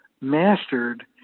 mastered